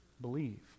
believe